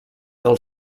del